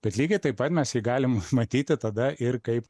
bet lygiai taip pat mes jį galim matyti tada ir kaip